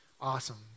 Awesome